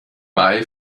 mai